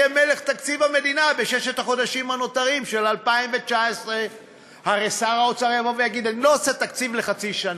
יהיה מלך תקציב המדינה בששת החודשים הנותרים של 2019. הרי שר האוצר יבוא ויגיד: אני לא עושה תקציב לחצי שנה.